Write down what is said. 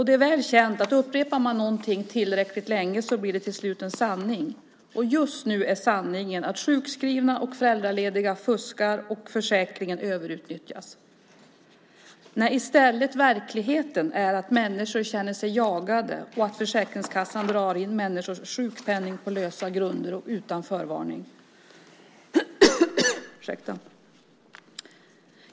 Det är väl känt att upprepar man någonting tillräckligt länge blir det till slut en sanning. Just nu är sanningen att sjukskrivna och föräldralediga fuskar och att försäkringen överutnyttjas - detta när verkligheten i stället är att människor känner sig jagade och att Försäkringskassan drar in människors sjukpenning på lösa grunder och utan förvarning.